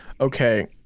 okay